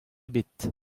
ebet